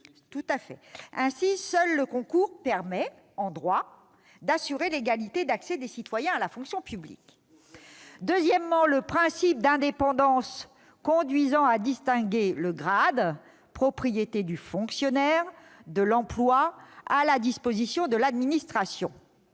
formule ! Ainsi, seul le concours permet, en droit, d'assurer l'égalité d'accès des citoyens à la fonction publique. Deuxième principe, le principe d'indépendance, qui conduit à distinguer le grade, propriété du fonctionnaire, de l'emploi, à la disposition de l'administration.